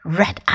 red